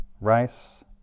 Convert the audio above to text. Rice